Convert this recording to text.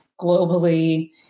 globally